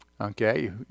Okay